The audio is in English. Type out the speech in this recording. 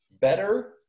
better